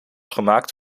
gemaakt